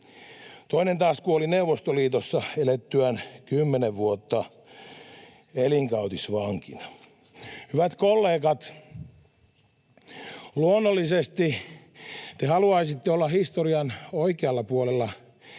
Toinen taas kuoli Neuvostoliitossa elettyään kymmenen vuotta elinkautisvankina. Hyvät kollegat! Luonnollisesti te haluaisitte olla historian oikealla puolella